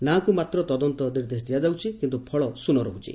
ନାଁକୁ ମାତ୍ର ତଦନ୍ତ ନିର୍ଦ୍ଦେଶ ଦିଆଯାଉଛି କିନ୍ତୁ ଫଳ ଶୂନ୍ ରହୁଛି